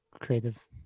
creative